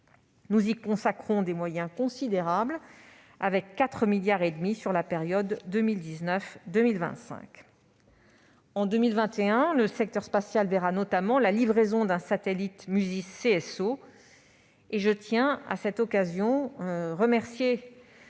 Nous y consacrons des moyens considérables : 4,5 milliards d'euros pour la période 2019-2025. En 2021, le secteur spatial verra notamment la livraison d'un satellite MUSIS/CSO. Je tiens à cette occasion à remercier